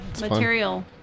material